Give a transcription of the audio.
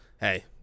Hey